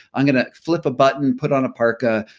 i'm going to flip a button, put on a parka,